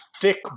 thick